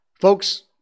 folks